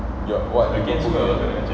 your what who who